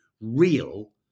real